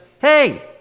Hey